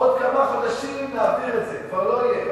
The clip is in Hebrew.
עוד כמה חודשים נעביר את זה, כבר לא יהיה.